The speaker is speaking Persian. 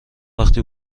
وقتی